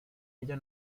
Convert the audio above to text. ella